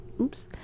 oops